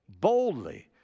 boldly